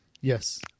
yes